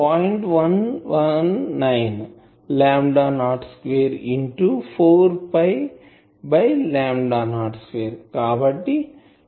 119 lambda naught square into 4పై by lambda naught square